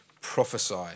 prophesy